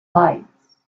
lights